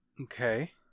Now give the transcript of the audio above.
okay